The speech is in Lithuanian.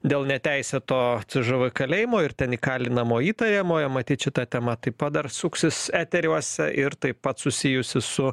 dėl neteisėto c ž v kalėjimo ir ten įkalinamo įtajamojo matyt šita tema taip pat dar suksis eteriuose ir taip pat susijusi su